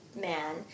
man